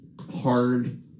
hard